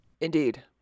indeed